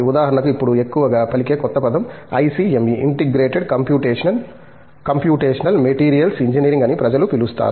ఉదాహరణకు ఇప్పుడు ఎక్కువగా పలికే క్రొత్త పదం ICME integrated computational materials engineering అని ప్రజలు పిలుస్తారు